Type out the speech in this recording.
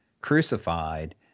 crucified